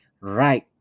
right